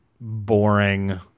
boring